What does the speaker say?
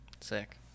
Sick